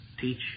teach